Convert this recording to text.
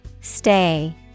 Stay